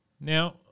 Now